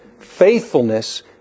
faithfulness